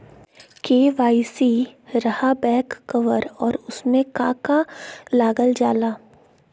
KYC रहा back cover और उसमें का का लागल जाला?